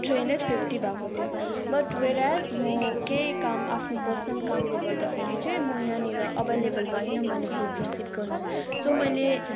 three hundred fifty भएको थियो but whereas म केही काम आफ्नो पर्सनल कामले गर्दाखेरि चाहिँ म यहाँनिर अभाइलेवल भइनँ मैले फुड रिसिभ गर्नु सो मैले